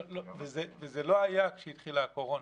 וזה לא היה כשהתחילה הקורונה.